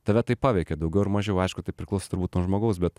tave tai paveikia daugiau ar mažiau aišku tai priklauso turbūt nuo žmogaus bet